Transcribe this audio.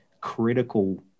critical